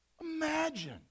Imagine